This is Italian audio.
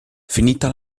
finita